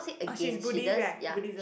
orh she is Buddhist right Buddhism